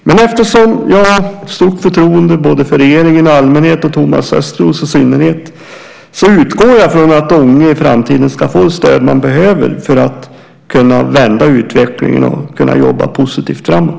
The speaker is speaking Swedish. Men eftersom jag har stort förtroende för regeringen i allmänhet och för Thomas Östros i synnerhet utgår jag från att Ånge i framtiden ska få det stöd som man behöver för att kunna vända utvecklingen och jobba positivt framåt.